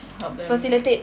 help them